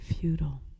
futile